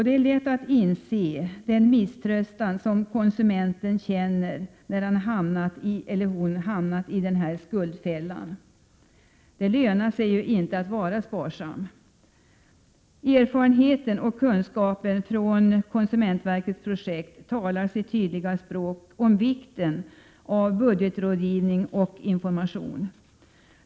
Det är lätt att inse den misströstan som konsumenten känner när han eller hon hamnat i denna skuldfälla. Det lönar sig ju inte att vara sparsam. Erfarenheten och kunskapen från detta projekt talar sitt tydliga språk om vikten av budgetrådgivning och information.